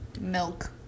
milk